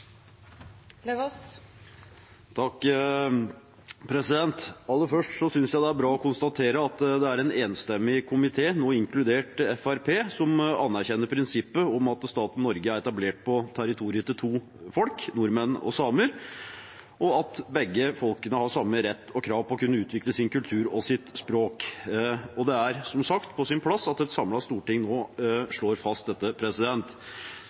langsiktige tiltak. Aller først: Jeg synes det er bra å konstatere at det er en enstemmig komité, nå inkludert Fremskrittspartiet, som anerkjenner prinsippet om at staten Norge er etablert på territoriet til to folk, nordmenn og samer, og at begge folkene har samme rett til og krav på å kunne utvikle sin kultur og sitt språk. Det er som sagt på sin plass at et samlet storting nå slår fast dette.